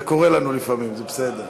זה קורה לנו לפעמים, זה בסדר.